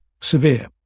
severe